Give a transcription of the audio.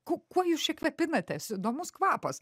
ku kuo jūs čia kvėpinatės įdomus kvapas